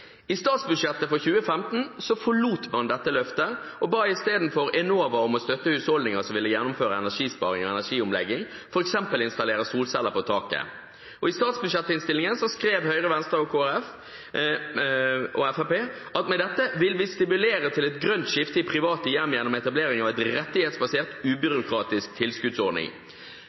I statsbudsjettet for 2015 forlot man dette løftet og ba isteden Enova om å støtte husholdninger som ville gjennomføre energisparing ved energiomlegging, f.eks. installere solceller på taket. I statsbudsjettinnstillingen skrev Høyre, Venstre, Kristelig Folkeparti og Fremskrittspartiet at med dette vil vi «stimulere til et grønt skifte i private hjem gjennom etableringen av en rettighetsbasert,